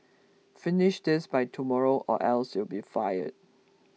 finish this by tomorrow or else you'll be fired